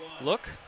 look